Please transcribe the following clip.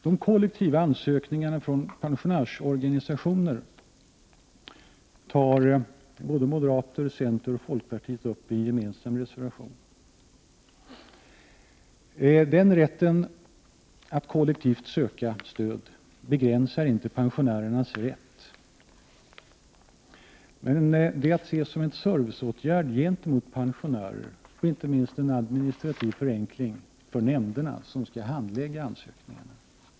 De kollektiva ansökningarna från pensionärsorganisationer tar moderater, centerpartister och folkpartister upp i en gemensam reservation. Rätten att kollektivt söka stöd begränsar inte pensionärernas rätt, men det är att se som en serviceåtgärd gentemot pensionärer och inte minst som en administrativ förenkling för nämnderna, som skall handlägga ansökningarna.